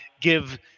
give